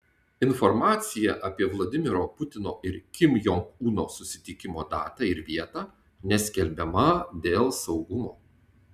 informacija apie vladimiro putino ir kim jong uno susitikimo datą ir vietą neskelbiama dėl saugumo